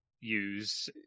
use